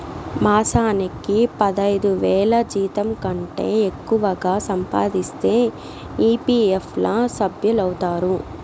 మాసానికి పదైదువేల జీతంకంటే ఎక్కువగా సంపాదిస్తే ఈ.పీ.ఎఫ్ ల సభ్యులౌతారు